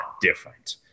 different